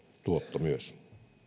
tuotto myös